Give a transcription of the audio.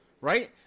Right